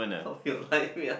of your life yeah